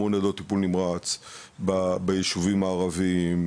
המון ניידות טיפול נמרץ ביישובים הערביים,